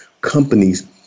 companies